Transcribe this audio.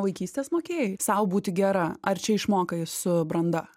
vaikystės mokėjai sau būti gera ar čia išmokai su branda